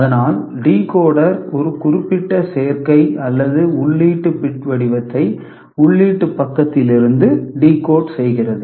அதனால் டிகோடர் ஒரு குறிப்பிட்ட சேர்க்கை அல்லது உள்ளீட்டு பிட் வடிவத்தை உள்ளீட்டு பக்கத்திலிருந்து டிகோட் செய்கிறது